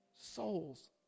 souls